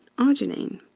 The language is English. arginine.